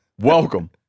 Welcome